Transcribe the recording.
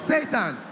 Satan